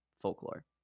folklore